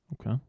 Okay